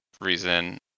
reason